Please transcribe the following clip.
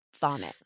vomit